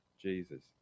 Jesus